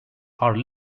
are